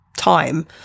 time